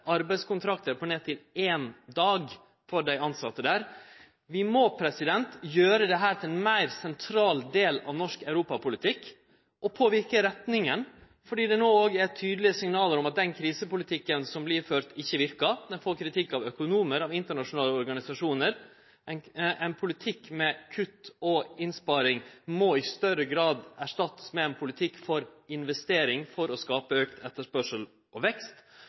på ned til éin dag for dei tilsette der. Vi må gjere dette til ein meir sentral del av norsk europapolitikk og påverke retninga, fordi det no òg er tydelege signal om at den krisepolitikken som vert førd, ikkje verkar. Han får kritikk av økonomar og internasjonale organisasjonar. Ein politikk med kutt og innsparing må i større grad verte erstatta av ein politikk for investering for å skape auka etterspurnad og vekst.